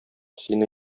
сине